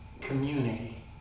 community